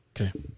Okay